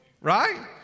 right